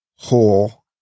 Whole